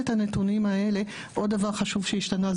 עוד דבר חשוב שהשתנה,